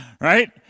Right